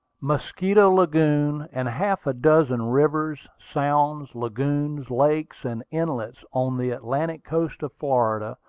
mosquito lagoon, and half a dozen rivers, sounds, lagoons, lakes, and inlets on the atlantic coast of florida,